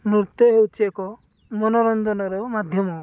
ନୃତ୍ୟ ହେଉଛି ଏକ ମନୋରଞ୍ଜନର ମାଧ୍ୟମ